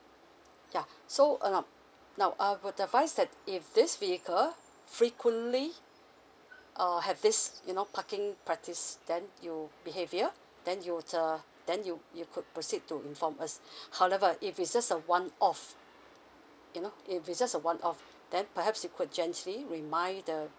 yeah so uh now now I would advise that if this vehicle frequently err have this you know parking practice then you behaviour then you the then you would uh you you could proceed to inform us however if it's just a one off you know if it's just a one off then perhaps you could gently remind the